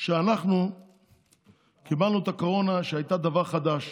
שאנחנו קיבלנו את הקורונה כשהייתה דבר חדש,